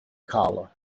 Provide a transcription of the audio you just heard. collar